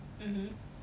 mmhmm